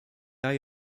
eye